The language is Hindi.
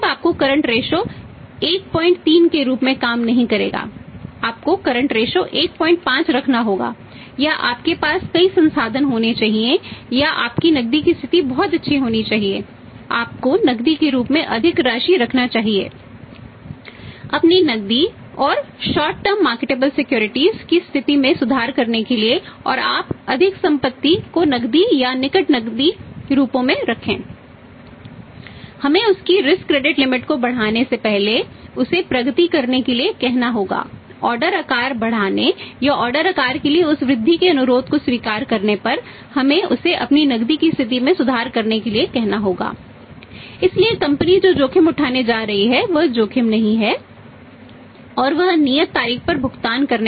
तब आपका करंट रेशो की स्थिति में सुधार करने के लिए और आप अधिक संपत्ति को नकदी या निकट नकदी रूपों में रखें